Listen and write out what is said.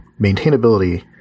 Maintainability